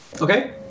Okay